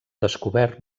descobert